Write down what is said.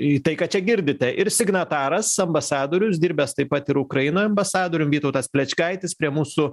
į tai ką čia girdite ir signataras ambasadorius dirbęs taip pat ir ukrainoj ambasadorium vytautas plečkaitis prie mūsų